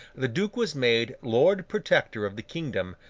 the duke was made lord protector of the kingdom,